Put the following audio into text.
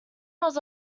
was